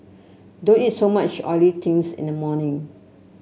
don't eat so much oily things in the morning